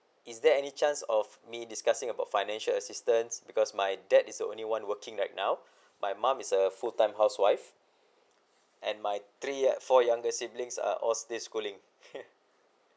is there any chance of me discussing about financial assistance because my dad is only one working right now my mum is a full time housewife and my three four younger siblings are all still schooling